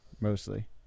mostly